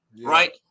right